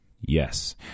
Yes